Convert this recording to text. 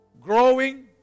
Growing